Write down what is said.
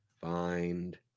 find